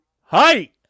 Hi